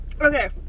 Okay